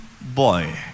boy